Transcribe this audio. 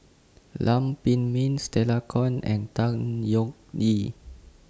Lam Pin Min Stella Kon and Tan Yeok Nee